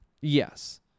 Yes